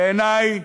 בעיני,